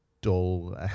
dull